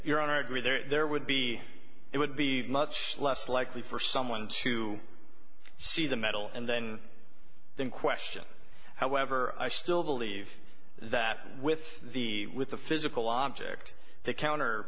argument there would be it would be much less likely for someone to see the medal and then the question however i still believe that with the with the physical object to counter